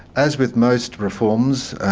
as with most reforms,